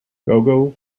gogol